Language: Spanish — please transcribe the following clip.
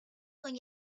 con